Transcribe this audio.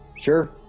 Sure